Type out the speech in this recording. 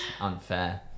unfair